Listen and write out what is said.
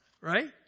Right